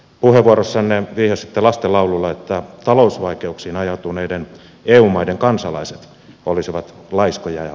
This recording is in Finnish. puheenvuorossanne vihjasitte lastenlaululla että talousvaikeuksiin ajautuneiden eu maiden kansalaiset olisivat laiskoja